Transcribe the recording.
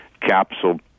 capsule